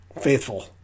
Faithful